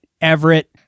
Everett